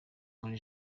muri